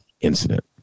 incident